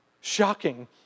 shocking